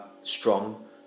strong